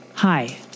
Hi